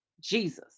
Jesus